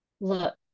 Look